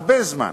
הרבה זמן,